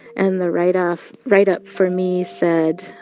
and the write-off write-up for me said